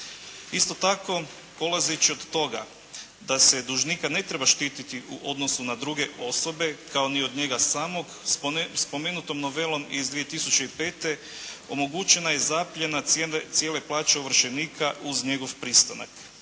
Isto tako, polazeći od toga da se dužnika ne treba štititi u odnosu na druge osobe, kao ni od njega samog, spomenutom novelom iz 2005. omogućena je zapljena cijele plaće ovršenika uz njegov pristanak.